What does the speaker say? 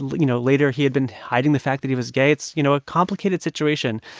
and you know, later he had been hiding the fact that he was gay. it's, you know, a complicated situation.